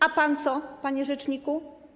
A pan co, panie rzeczniku?